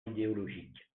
idéologique